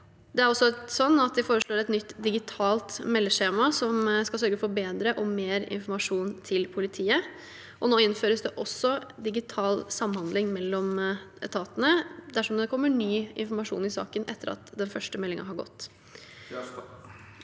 De foreslår også et nytt digitalt meldeskjema som skal sørge for bedre og mer informasjon til politiet, og nå innføres det også digital samhandling mellom etatene dersom det kommer ny informasjon i saken etter at den første meldingen har gått.